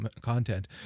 content